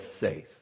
safe